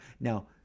now